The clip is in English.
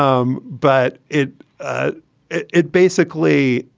um but it ah it it basically